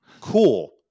Cool